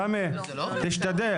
סמי, תשתדל.